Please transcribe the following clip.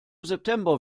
september